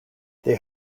they